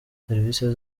serivise